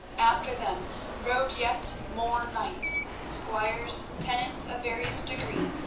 after them rode yet more knights, squires, tenants of various degree,